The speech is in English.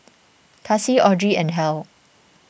Kaci Audrey and Hal